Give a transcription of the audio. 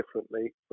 differently